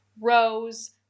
rows